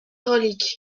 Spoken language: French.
reliques